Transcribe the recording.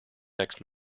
next